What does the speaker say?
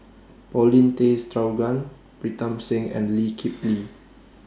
Paulin Tay Straughan Pritam Singh and Lee Kip Lee